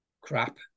crap